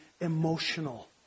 emotional